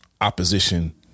opposition